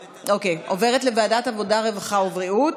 לוועדת העבודה, הרווחה והבריאות.